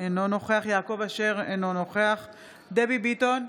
אינו נוכח יעקב אשר, אינו נוכח דבי ביטון,